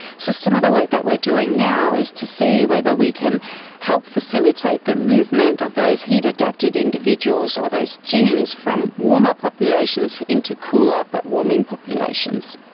so some of the work that we are doing now is to see whether we can help facilitate the movement of those heat adapted individuals or those genes from warmer populations into cooler but warming populations.